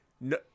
No